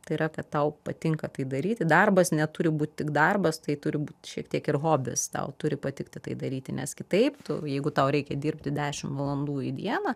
tai yra kad tau patinka tai daryti darbas neturi būt tik darbas tai turi būt šiek tiek ir hobis tau turi patikti tai daryti nes kitaip tu jeigu tau reikia dirbti dešim valandų į dieną